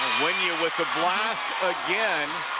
wynja with the blast again.